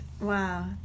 Wow